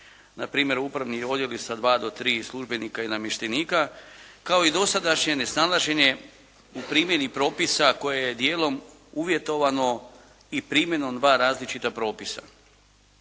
na primjer upravni odjeli sa dva do tri službenika i namještenika, kao i dosadašnje nesnalaženje u primjeni propisa koje je dijelom uvjetovano i primjenom dva različita propisa.